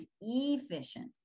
efficient